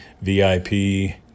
VIP